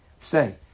say